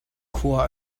khua